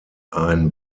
ein